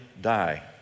die